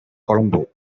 colombo